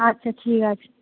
আচ্ছা ঠিক আছে